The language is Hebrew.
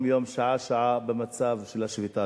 יום יום, שעה שעה, במצב של השביתה.